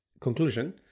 conclusion